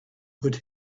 put